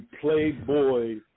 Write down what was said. Playboy